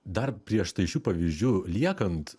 dar prie štai šių pavyzdžių liekant